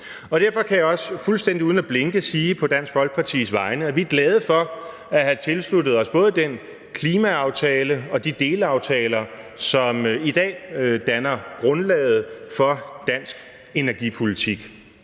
Derfor kan jeg også fuldstændig uden at blinke sige på Dansk Folkepartis vegne, at vi er glade for at have tilsluttet os både den klimaaftale og de delaftaler, som i dag danner grundlaget for dansk energipolitik.